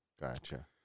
Gotcha